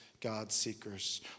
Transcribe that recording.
God-seekers